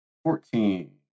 Fourteen